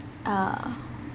uh